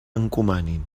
encomanin